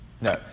No